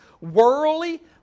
worldly